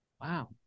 Wow